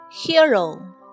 Hero